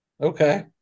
okay